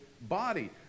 body